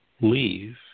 leave